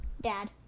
Dad